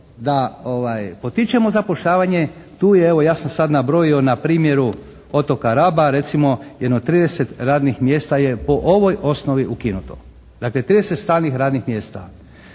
da potičemo zapošljavanje tu je evo ja sam sad nabrojio na primjeru otoka Raba recimo jedno 30 radnih mjesta je po ovoj osnovi ukinuto. Dakle 30 stalnih radnih mjesta.